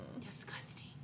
Disgusting